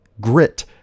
grit